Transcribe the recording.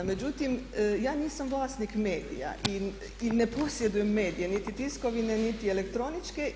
Međutim, ja nisam vlasnik medija i ne posjedujem medije, niti tiskovine, niti elektroničke.